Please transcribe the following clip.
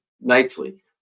nicely